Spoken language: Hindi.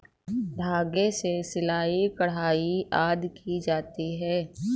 धागे से सिलाई, कढ़ाई आदि की जाती है